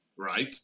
right